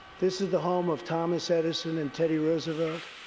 this is the home of thomas edison and teddy roosevelt,